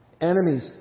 Enemies